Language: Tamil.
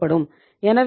எனவே இது 0